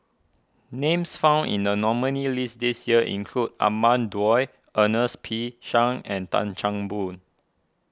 names found in the nominees' list this year include Ahmad Daud Ernest P Shanks and Tan Chan Boon